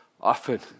often